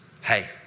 hey